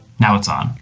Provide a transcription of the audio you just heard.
now it's on.